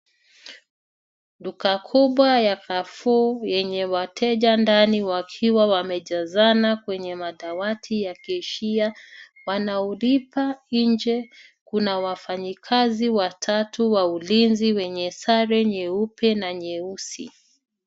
Duka kubwa ya Carrefour yenye wateja ndani wakiwa wamejazana kwenye madawati ya cashier wanaolipa. Nje kuna wafanyikazi watatu wa ulinzi wenye sare nyeupe na nyeusi.